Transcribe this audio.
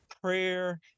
prayer